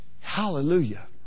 Hallelujah